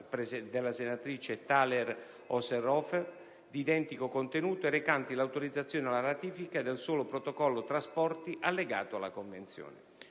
dalla senatrice Thaler Ausserhofer, di identico contenuto e recanti l'autorizzazione alla ratifica del solo Protocollo «trasporti» allegato alla Convenzione.